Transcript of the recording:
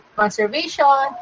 conservation